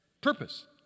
purpose